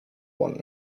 one